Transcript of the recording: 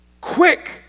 Quick